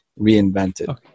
reinvented